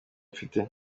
mfite